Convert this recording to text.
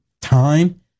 time